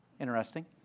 Interesting